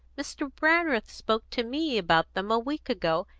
mr. brandreth spoke to me about them a week ago,